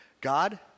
God